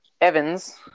Evans